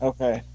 Okay